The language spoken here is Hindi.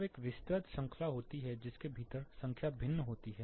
जब एक विस्तृत श्रृंखला होती है जिसके भीतर संख्या भिन्न होती है